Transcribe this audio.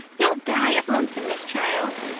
you'll die of lonesomeness, child.